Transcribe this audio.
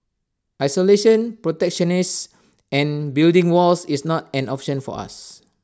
isolation protectionism and building walls is not an option for us